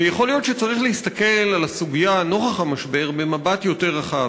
ויכול להיות שנוכח המשבר צריך להסתכל על הסוגיה במבט יותר רחב.